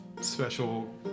special